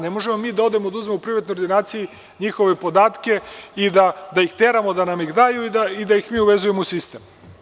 Ne možemo mi da odemo i da uzmemo u privatnoj ordinaciji njihove podatke i da ih teramo da nam ih daju i da ih mi uvezujemo u sistem.